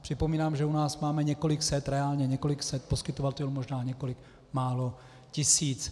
Připomínám, že u nás máme několik set, reálně několik set poskytovatelů, možná několik málo tisíc.